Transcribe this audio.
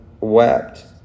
wept